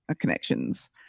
connections